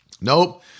Nope